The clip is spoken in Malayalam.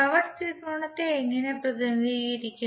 പവർ ത്രികോണത്തെ എങ്ങനെ പ്രതിനിധീകരിക്കും